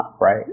right